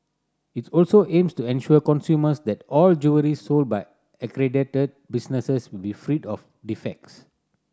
its also aims to ensure consumers that all jewellery sold by accredited businesses will be freed of defects